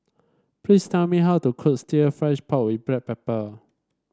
please tell me how to cook fried pork with Black Pepper